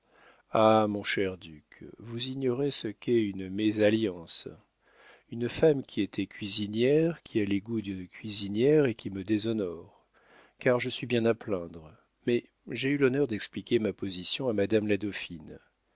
ah mon cher duc vous ignorez ce qu'est une mésalliance une femme qui était cuisinière qui a les goûts d'une cuisinière et qui me déshonore car je suis bien à plaindre mais j'ai eu l'honneur d'expliquer ma position à madame la dauphine